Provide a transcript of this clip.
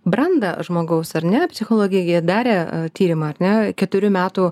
brandą žmogaus ar ne psichologija gi darė tyrimą ar ne keturių metų